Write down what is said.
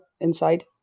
inside